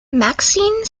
maxine